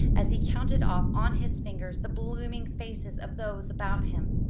as he counted off on his fingers the blooming faces of those about him.